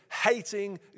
hating